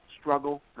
struggle